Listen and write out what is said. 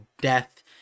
death